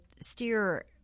steer